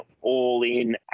all-in